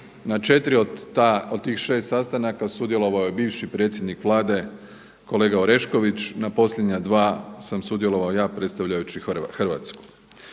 Na 4. od tih 6. sastanaka sudjelovao je bivši predsjednik Vlade kolega Orešković, na posljednja 2. sam sudjelovao ja predstavljajući Hrvatsku.